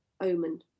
omen